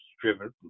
driven